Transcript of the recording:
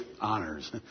honors